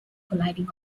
colliding